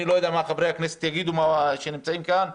אני לא יודע מה חברי הכנסת שנמצאים כאן יגידו,